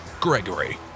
Gregory